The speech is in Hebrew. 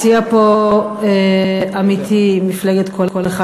מציע פה עמיתי "מפלגת קול אחד",